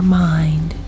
mind